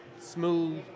smooth